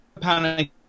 Panic